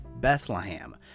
Bethlehem